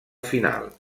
final